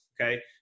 okay